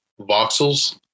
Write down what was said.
voxels